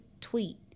tweet